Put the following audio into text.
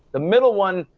the middle one,